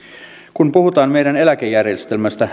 kun puhutaan meidän eläkejärjestelmästämme